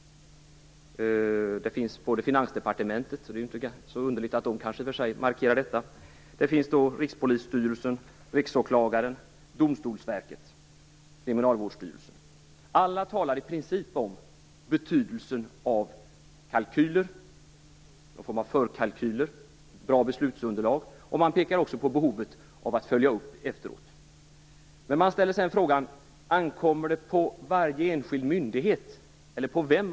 Det gäller Finansdepartementet, - det är kanske inte så underligt att de markerar detta - Rikspolisstyrelsen, Riksåklagaren, Domstolsverket och Kriminalvårdsstyrelsen. Alla talar i princip om betydelsen av någon form av förkalkyler, bra beslutsunderlag och om behovet av att följa upp efteråt. Sedan ställer man frågan om på vem det ankommer att ha detta helhetsperspektiv?